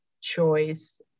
choice